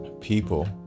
people